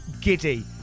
giddy